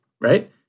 right